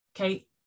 Okay